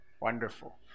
wonderful